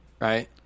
Right